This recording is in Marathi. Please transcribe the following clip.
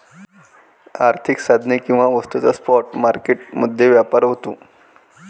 आर्थिक साधने किंवा वस्तूंचा स्पॉट मार्केट मध्ये व्यापार होतो